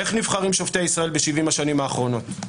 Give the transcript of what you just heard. איך נבחרים שופטי ישראל ב-70 השנים האחרונות?